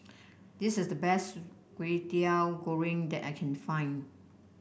this is the best Kway Teow Goreng that I can find